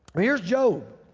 but here's job,